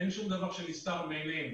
אין שום דבר שנסתר מעינינו.